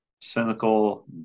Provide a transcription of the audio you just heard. cynical